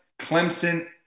Clemson